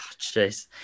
Jeez